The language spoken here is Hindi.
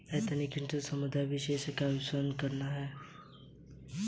एथनिक एंटरप्रेन्योरशिप समुदाय विशेष का व्यवसाय संदर्भित करता है